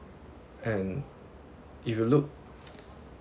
and if you look